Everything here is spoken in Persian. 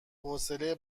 حوصله